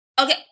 Okay